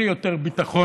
אין לי יותר ביטחון.